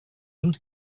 doute